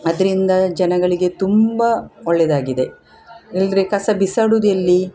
ಅದರಿಂದ ಜನಗಳಿಗೆ ತುಂಬ ಒಳ್ಳೆಯದಾಗಿದೆ ಇಲ್ದೆರೆ ಕಸ ಬಿಸಾಡೋದೆಲ್ಲಿ